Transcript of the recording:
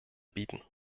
bieten